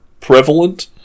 Prevalent